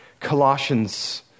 Colossians